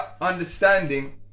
understanding